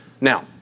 Now